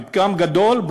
ופגם גדול,